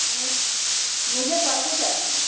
आओ तो फिर मुझे परसों चाहिए